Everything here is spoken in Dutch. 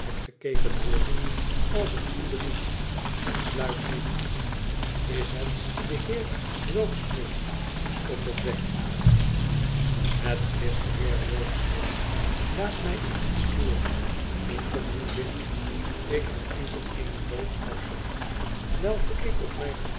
gekeken worden als t u blieft het sluit niet is het de heer rokesmith stottert wegg het is de heer rokesmith laat mij u niet storen ik kom niet binnen ik heb enkel eene boodschap voor u welke ik op mij